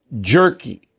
jerky